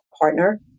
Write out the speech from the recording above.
partner